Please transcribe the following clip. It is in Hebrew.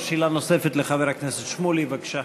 יש שאלה נוספת לחבר הכנסת שמולי, בבקשה.